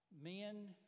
Men